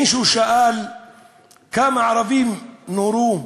מישהו שאל כמה ערבים נורו?